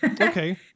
Okay